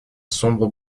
sombre